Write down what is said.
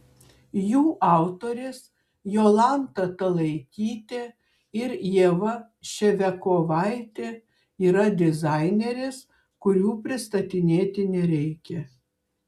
jų autorės jolanta talaikytė ir ieva ševiakovaitė yra dizainerės kurių pristatinėti nereikia